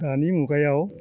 दानि मुगायाव